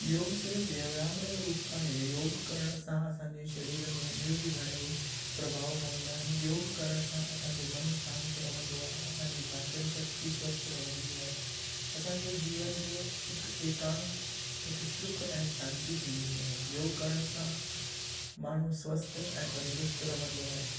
योग सिर्फ़ु व्यायाम जो रूप काने योग करण सां असांजे शरीर में ॿियूं बि घणेई प्रभाव पवंदा आहिनि योग करण सां असांजो मन शांत रहंदो आहे असांजी पाचन शक्ति स्वस्थ रहंदी आहे असांजो जीवन जो हिकु एकांत हिक सुख ऐं शांती थींदी आहे योग करण सां माण्हू स्वस्थ ऐं तंदुरुस्त रहंदो आहे